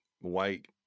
white